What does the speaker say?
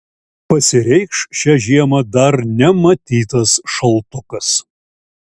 pasireikš šią žiemą dar nematytas šaltukas